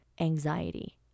anxiety